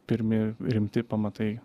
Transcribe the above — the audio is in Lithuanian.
pirmi rimti pamatai